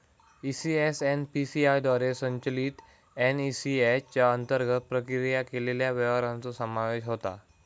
ECS NPCI द्वारे संचलित NACH च्या अंतर्गत प्रक्रिया केलेल्या व्यवहारांचो समावेश होता